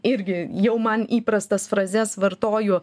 irgi jau man įprastas frazes vartoju